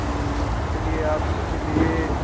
जी इसके लिए आपके लिए